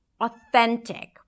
Authentic